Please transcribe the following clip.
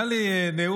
היה לי נאום,